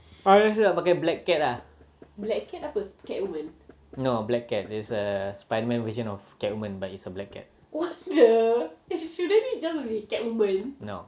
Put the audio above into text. I rasa nak pakai black cat lah no black cat is a spiderman version of cat woman but he's a black cat no